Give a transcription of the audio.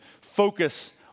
focus